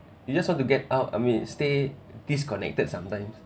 you just want to get out I mean stay disconnected sometimes